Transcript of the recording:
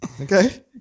Okay